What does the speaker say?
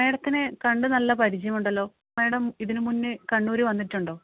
മേഡത്തിനെ കണ്ട് നല്ല പരിചയം ഉണ്ടല്ലോ മേഡം ഇതിന് മുന്നേ കണ്ണൂര് വന്നിട്ടുണ്ടോ